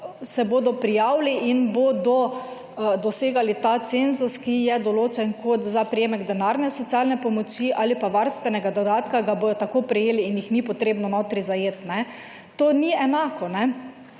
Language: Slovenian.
se bodo prijavili in bodo dosegali ta cenzus, ki je določen kot za prejemek denarne socialne pomoči ali varstvenega dodatka ga bodo tako prejeli in jih ni potrebno notri zajeti. To ni enako.